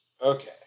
Okay